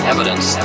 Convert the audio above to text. evidence